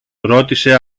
ρώτησε